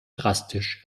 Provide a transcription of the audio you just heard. drastisch